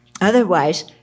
Otherwise